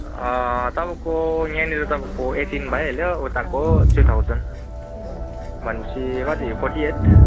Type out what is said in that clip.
तपाईँको यहाँनिर तपाईँको एटिन भइहाल्यो उताको थ्री थाउजन्ड भनेपछि कति फोर्टी एट